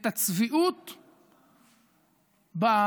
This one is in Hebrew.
את הצביעות שלכם,